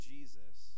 Jesus